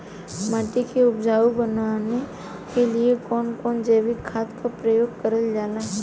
माटी के उपजाऊ बनाने के लिए कौन कौन जैविक खाद का प्रयोग करल जाला?